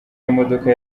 y’imodoka